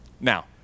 Now